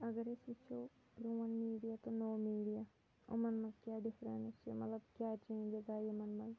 اگر أسۍ وٕچھو پرٛون میٖڈیا تہٕ نوٚو میٖڈیا یِمَن منٛز کیٛاہ ڈِفرَنٕس چھِ مطلب کیٛاہ چینٛجِز آیہِ یِمَن منٛز